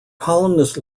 columnist